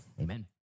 amen